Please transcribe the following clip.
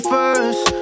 first